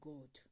God